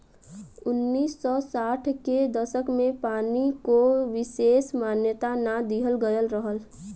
उन्नीस सौ साठ के दसक में पानी को विसेस मान्यता ना दिहल गयल रहल